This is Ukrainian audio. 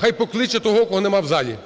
хай покличе того, кого немає в залі.